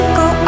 go